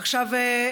עכשיו,